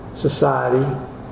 Society